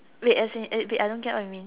wait as in eh wait I don't get what you mean